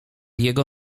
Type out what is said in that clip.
jego